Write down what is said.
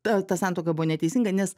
ta ta santuoka buvo neteisinga nes